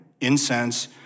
Incense